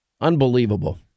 Unbelievable